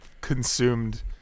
consumed